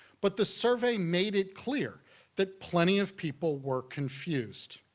but the survey made it clear that plenty of people were confused.